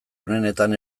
onenetan